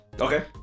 okay